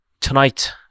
Tonight